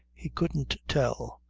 he couldn't tell.